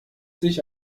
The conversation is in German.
sich